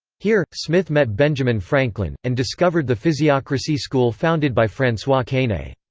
here, smith met benjamin franklin, and discovered the physiocracy school founded by francois quesnay.